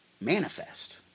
Manifest